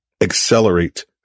accelerate